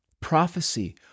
Prophecy